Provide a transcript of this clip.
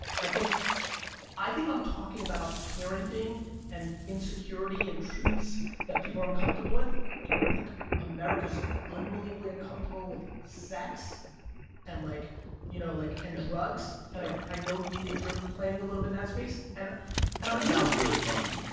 i think i think i'm talking about parenting and insecurity and truths that people are uncomfortable with. i think america's unbelievably uncomfortable with sex and like you know like and drugs. and i i know that you're playing a little bit in that space. and and i'm that sounds really fun, but